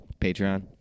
Patreon